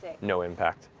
no impact.